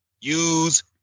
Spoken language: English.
use